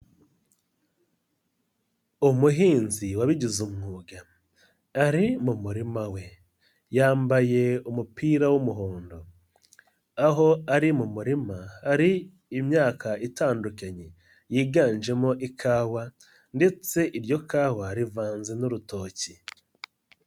Umuhinzi wabigize umwuga ari mu murima we, yambaye umupira w'umuhondo, aho ari mu murima hari imyaka itandukanye yiganjemo ikawa ndetse iryo kawa rivanze n'urutoki.